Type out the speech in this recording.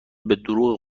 بهدروغ